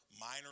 minor